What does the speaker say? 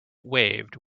waved